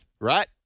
right